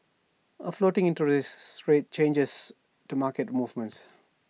A floating interest rate changes to market movements